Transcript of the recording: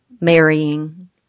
marrying